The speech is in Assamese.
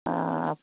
অঁ